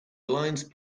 alliance